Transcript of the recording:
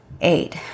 eight